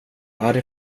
arg